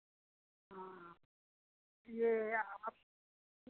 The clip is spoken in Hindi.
हाँ हाँ ये आप